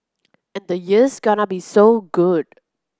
and the year's gonna be so good